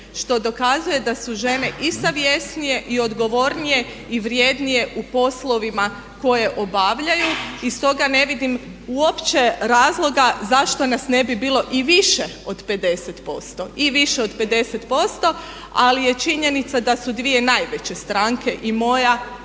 što dokazuje da su žene i savjesnije i odgovornije i vrjednije u poslovima koje obavljaju i stoga ne vidim uopće razloga zašto nas ne bi bilo i više od 50%, i više od 50% ali je činjenica da su dvije najveće stranke i moja